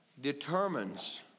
determines